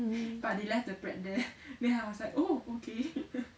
mm